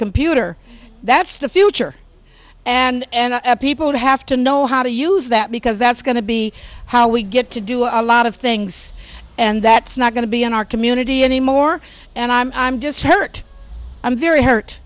computer that's the future and people have to know how to use that because that's going to be how we get to do a lot of things and that's not going to be in our community anymore and i'm i'm just hurt i'm very hurt